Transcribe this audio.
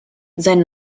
sein